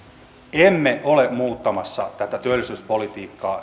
emme ole muuttamassa tätä työllisyyspolitiikkaa